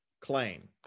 claim